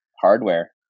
hardware